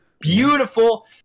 beautiful